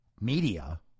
media